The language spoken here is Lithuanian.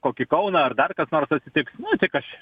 kokį kauną ar dar kas nors atsitiks nu tai kas čia